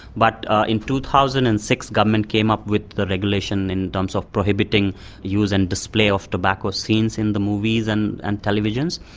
but in two thousand and six the government came up with the regulation in terms of prohibiting use and display of tobacco scenes in the movies and and television.